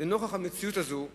לנוכח המציאות הזאת, הוא